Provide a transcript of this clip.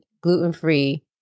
gluten-free